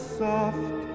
soft